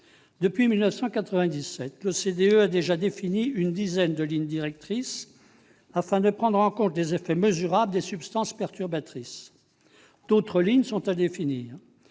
Depuis 1997, l'OCDE a déjà défini une dizaine de lignes directrices, afin de prendre en compte les effets mesurables des substances perturbatrices. D'autres lignes sont à définir.